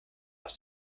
aus